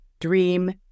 dream